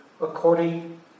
according